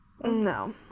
No